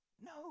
no